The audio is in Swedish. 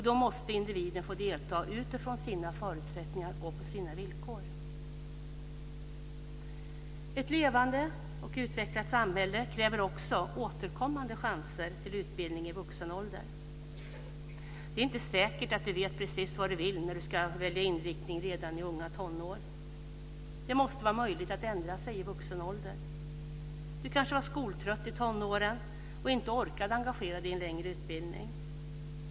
Då måste individen få delta utifrån sina förutsättningar och på sina villkor. Ett levande och utvecklat samhälle kräver också återkommande chanser till utbildning i vuxen ålder. Det är inte säkert att du vet precis vad du vill när du ska välja inriktning redan i unga tonår. Det måste vara möjligt att ändra sig i vuxen ålder. Du kanske var skoltrött i tonåren och inte orkade engagera dig i en längre utbildning.